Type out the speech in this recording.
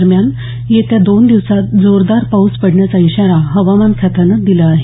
दरम्यान येत्या दोन दिवसात जोरदार पाऊस पडण्याचा इशारा हवामान खात्यानं दिला आहे